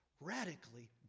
radically